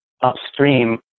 upstream